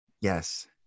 Yes